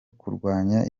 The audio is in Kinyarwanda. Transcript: kurwanya